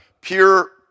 pure